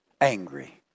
Angry